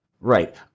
Right